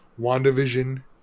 WandaVision